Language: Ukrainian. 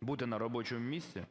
бути на робочому місці,